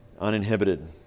uninhibited